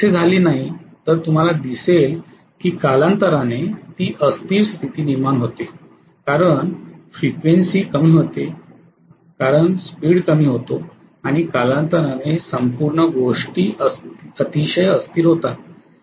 तसे झाले नाही तर तुम्हाला दिसेल की कालांतराने ती अस्थिर स्थिती निर्माण होते कारण फ्रिक्वेन्सी कमी होते कारण स्पीड कमी होते आणि कालांतराने ह्या संपूर्ण गोष्टी अतिशय अस्थिर होतात